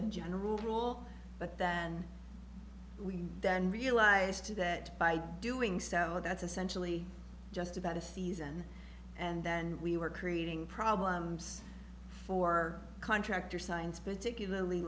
a general rule but then we then realized that by doing so that's essentially just about a season and then we were creating problems for contractor signs particularly